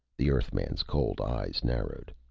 the earthman's cold eyes narrowed.